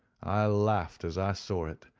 i laughed as i saw it,